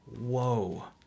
Whoa